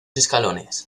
escalones